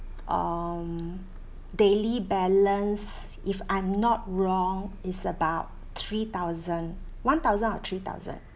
um daily balance if I'm not wrong is about three thousand one thousand or three thousand